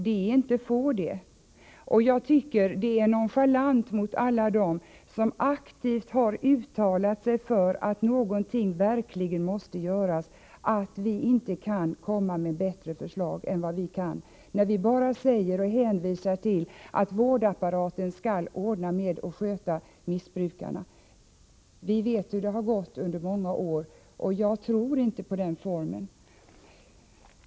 Det är alltså inte något litet antal, och jag tycker det är nonchalant mot alla dem som aktivt har uttalat sig för att någonting verkligen måste göras, när man bara hänvisar till att vårdapparaten skall sköta missbrukarna. Något bättre förslag tycks man inte kunna komma med. Vi vet hur det har varit under många år, och jag tror inte på den här formen.